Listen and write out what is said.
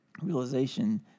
realization